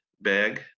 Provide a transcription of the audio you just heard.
bag